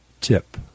tip